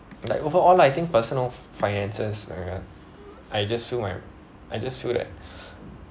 like overall lah I think personal finances where I just feel my I just feel that